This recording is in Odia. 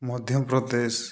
ମଧ୍ୟପ୍ରଦେଶ